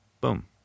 boom